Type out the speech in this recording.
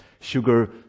sugar